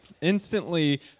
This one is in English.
instantly